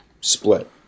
split